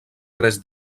tres